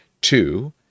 Two